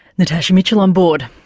natasha mitchell on board,